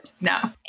No